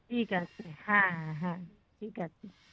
ঠিক আছে হ্যাঁ হ্যাঁ ঠিক আছে